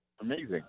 Amazing